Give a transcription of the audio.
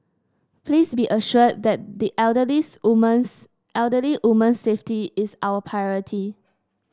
please be assured that the elderly woman's elderly woman's safety is our priority